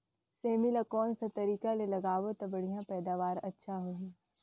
सेमी ला कोन सा तरीका ले लगाबो ता बढ़िया पैदावार अच्छा होही?